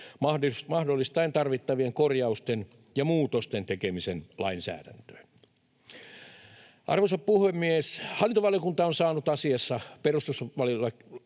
mahdollistaen tarvittavien korjausten ja muutosten tekeminen lainsäädäntöön. Arvoisa puhemies! Hallintovaliokunta on saanut asiassa perustuslakivaliokunnan